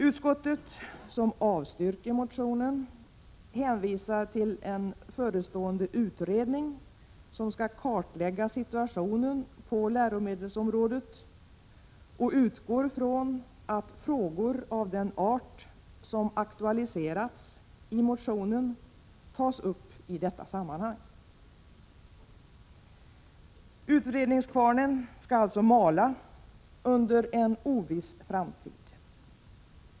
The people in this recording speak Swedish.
Utskottet, som avstyrker motionen, hänvisar till en förestående utredning som skall kartlägga situationen på läromedelsområdet och utgår från att frågor av den art som aktualiseras i motionen tas upp i detta sammanhang. Utredningskvarnen skall alltså mala under en oviss framtid.